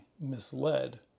misled